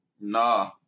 Nah